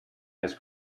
his